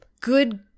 good